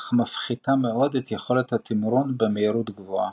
אך מפחיתה מאוד את יכולת התמרון במהירות גבוהה.